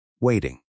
waiting